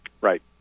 Right